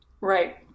right